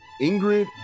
Ingrid